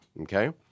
okay